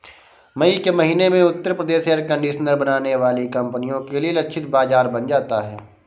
मई के महीने में उत्तर प्रदेश एयर कंडीशनर बनाने वाली कंपनियों के लिए लक्षित बाजार बन जाता है